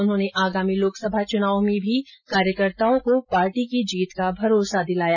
उन्होंने आगामी लोकसभा चुनावों में भी कार्यकर्ताओं को पार्टी की जीत का भरोसा दिलाया